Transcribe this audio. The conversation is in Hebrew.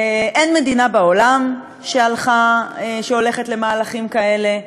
אין מדינה בעולם שהולכת למהלכים כאלה,